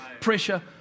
pressure